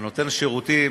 שנותן שירותים